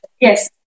Yes